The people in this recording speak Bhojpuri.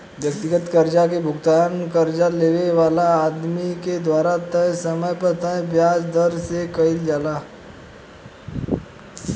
व्यक्तिगत कर्जा के भुगतान कर्जा लेवे वाला आदमी के द्वारा तय समय पर तय ब्याज दर से कईल जाला